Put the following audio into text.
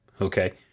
okay